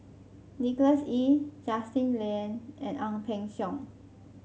Nicholas Ee Justin Lean and Ang Peng Siong